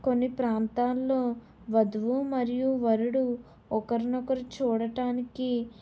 కొన్ని ప్రాంతాల్లో వధువు మరియు వరుడు ఒకరికొకరు చూడటానికి